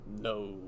No